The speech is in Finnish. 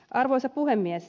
arvoisa puhemies